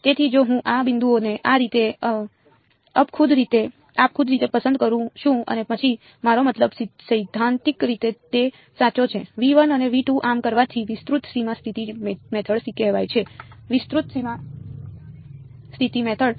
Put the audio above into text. તેથી જો હું આ બિંદુઓને આ રીતે આપખુદ રીતે પસંદ કરું છું અને પછી મારો મતલબ સૈદ્ધાંતિક રીતે તે સાચો છે અને આમ કરવાથી વિસ્તૃત સીમા સ્થિતિ મેથડ કહેવાય છે વિસ્તૃત સીમા સ્થિતિ મેથડ